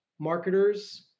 marketers